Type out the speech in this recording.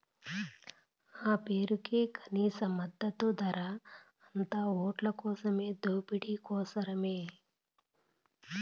ఆ పేరుకే కనీస మద్దతు ధర, అంతా ఓట్లకోసం దోపిడీ కోసరమే